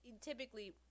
typically